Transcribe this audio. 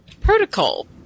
protocol